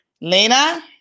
Lena